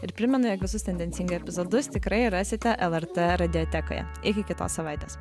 ir primenu jog visus tendencingai epizodus tikrai rasite lrt radiotekoje iki kitos savaitės